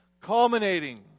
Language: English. culminating